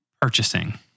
purchasing